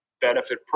benefit